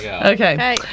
Okay